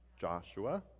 Joshua